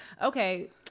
okay